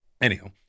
Anyhow